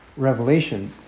Revelation